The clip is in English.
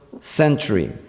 century